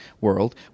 world